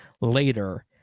later